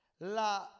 La